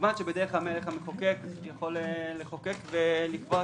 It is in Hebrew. כמובן שבדרך המלך המחוקק יכול לחוק ולקבוע